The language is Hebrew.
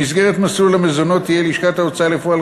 במסגרת מסלול המזונות תהיה לשכת ההוצאה לפועל